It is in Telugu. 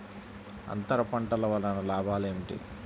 అంతర పంటల వలన లాభాలు ఏమిటి?